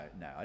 no